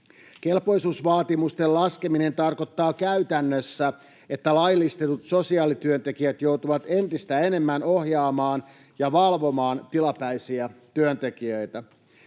Kelpoisuusvaatimusten laskeminen tarkoittaa käytännössä, että laillistetut sosiaalityöntekijät joutuvat entistä enemmän ohjaamaan ja valvomaan tilapäisiä työntekijöitä.